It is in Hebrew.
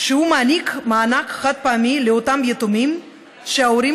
והוא מעניק מענק חד-פעמי לאותם יתומים שההורים